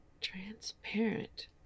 transparent